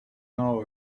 hour